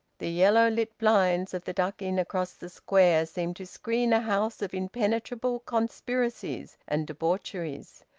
the yellow-lit blinds of the duck inn across the square seemed to screen a house of impenetrable conspiracies and debaucheries.